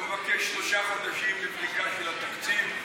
הוא מבקש שלושה חודשים לבדיקה של התקציב.